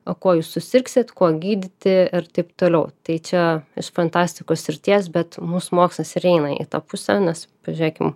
o kuo jūs susirgsit kuo gydyti ir taip toliau tai čia iš fantastikos srities bet mūsų mokslas ir eina į tą pusę nes pažiūrėkim